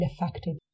affected